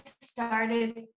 started